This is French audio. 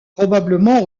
probablement